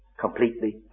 completely